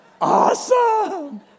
Awesome